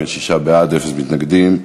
יש שישה בעד, אין מתנגדים.